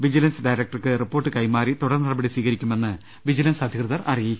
vigilance ഡയര ക്ടർക്ക് report കൈമാറി തുടർ നടപടി സ്വീകരിക്കുമെന്ന് വിജിലൻസ് അ ധികൃതർ അറിയിച്ചു